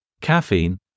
Caffeine